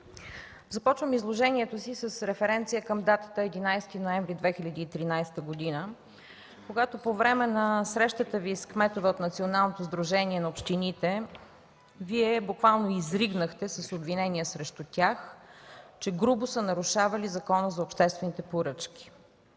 започвам изложението си с референция към датата 11 ноември 2013 г., когато по време на срещата Ви с кметове от Националното сдружение на общините Вие буквално изригнахте с обвинение срещу тях, че грубо са нарушавали Закона за обществените поръчки.